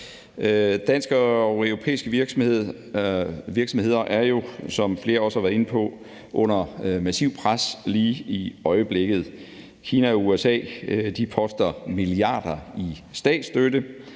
Danske og europæiske virksomheder er jo, som flere også har været inde på, under et massivt pres lige i øjeblikket. Kina og USA poster milliarder i statsstøtte,